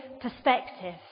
perspective